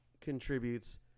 contributes